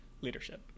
Leadership